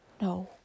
no